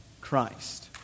Christ